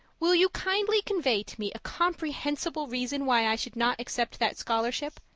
will you kindly convey to me a comprehensible reason why i should not accept that scholarship?